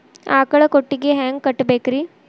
ಆಕಳ ಕೊಟ್ಟಿಗಿ ಹ್ಯಾಂಗ್ ಕಟ್ಟಬೇಕ್ರಿ?